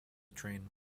train